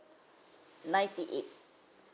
ninety eight